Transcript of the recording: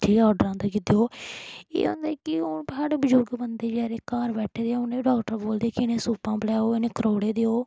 एह् आर्डर औंदा कि देओ एह् होंदा कि हून साढ़े बजुर्ग बंदे बचैरे घर बैठे दे होन ते उ'नें गी डाक्टर बोलदे कि इ'नें गी सूपां पलैओ इ'नें गी खरोड़े देओ